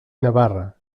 navarra